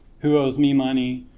who owes me money,